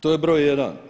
To je broj jedan.